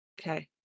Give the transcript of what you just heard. Okay